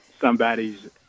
somebody's